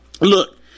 Look